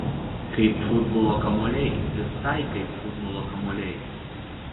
kaip futbolo kamuoliai visai kaip futbolo kamuoliai